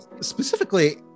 specifically